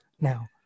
now